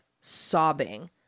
sobbing